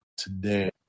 today